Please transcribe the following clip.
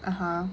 (uh huh)